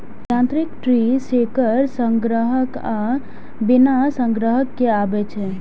यांत्रिक tree shaker संग्राहक आ बिना संग्राहक के आबै छै